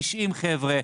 90 חבר'ה,